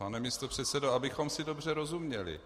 Pane místopředsedo, abychom si dobře rozuměli.